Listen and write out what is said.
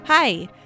Hi